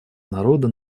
народа